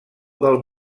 del